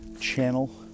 channel